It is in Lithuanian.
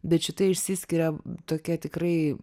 bet šita išsiskiria tokia tikrai